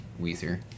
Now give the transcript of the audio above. Weezer